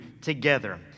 together